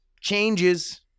changes